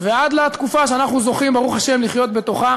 ועד לתקופה שאנחנו זוכים, ברוך השם, לחיות בתוכה